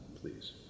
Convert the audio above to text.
please